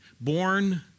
born